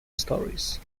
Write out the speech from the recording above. stories